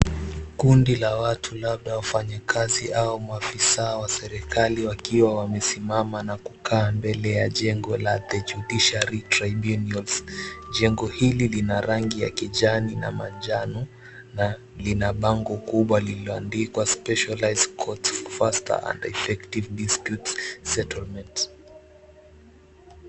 Kundi la watu, labda wafanyakazi au maafisa wa serikali, wakiwa wamesimama na kukaa mbele ya jengo la The Judiciary Tribunals . Jengo hili lina rangi ya kijani na manjano, na lina bango kubwa lililoandikwa Specialized Courts for Faster and Effective Dispute Settlement .